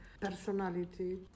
personality